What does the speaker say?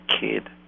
kid